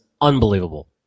unbelievable